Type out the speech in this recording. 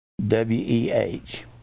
w-e-h